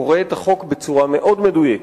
קורא את החוק בצורה מאוד מדויקת,